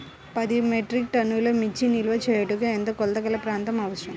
పది మెట్రిక్ టన్నుల మిర్చి నిల్వ చేయుటకు ఎంత కోలతగల ప్రాంతం అవసరం?